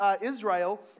Israel